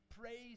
praise